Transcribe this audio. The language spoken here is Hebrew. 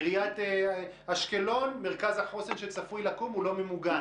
עיריית אשקלון מרכז החוסן שצפוי לקום לא ממוגן.